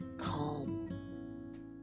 calm